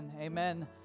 amen